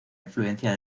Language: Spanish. influencia